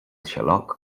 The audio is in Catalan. xaloc